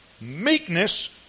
meekness